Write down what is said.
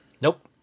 Nope